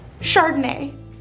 Chardonnay